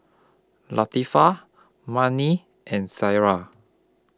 Latifa Murni and Sarah